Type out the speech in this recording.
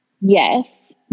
Yes